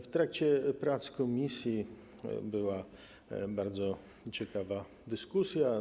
W trakcie prac komisji odbyła się bardzo ciekawa dyskusja.